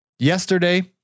Yesterday